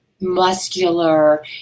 muscular